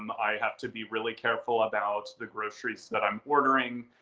um i have to be really careful about the groceries that i'm ordering.